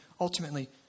ultimately